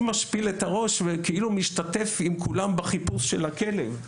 משפיל את הראש וכאילו משתתף עם כולם בחיפוש של הכלב,